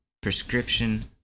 prescription